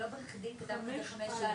לא בכדי כתבנו את זה (5א).